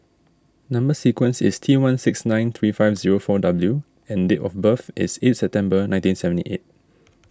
Number Sequence is T one six nine three five zero four W and date of birth is eighth September nineteen seventy eight